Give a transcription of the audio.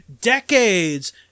decades